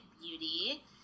beauty